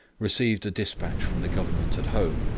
received a despatch from the government at home,